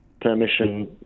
permission